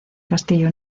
castillo